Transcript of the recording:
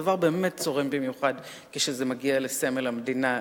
הדבר באמת צורם במיוחד כשזה מגיע לסמל המדינה,